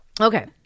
Okay